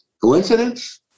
Coincidence